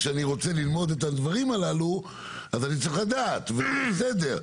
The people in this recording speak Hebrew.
כשאני רוצה ללמוד את הדברים הללו אז אני צריך לדעת וזה בסדר.